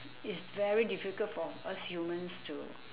it's very difficult for us humans to